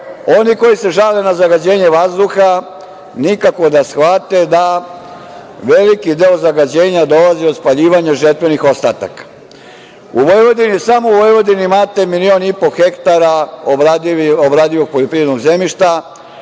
oni koji se žale na zagađenje vazduha, nikako da shvate da veliki deo zagađenja dolazi od spaljivanja žetvenih ostataka. Samo u Vojvodini imate milion i po hektara obradivog poljoprivrednog zemljišta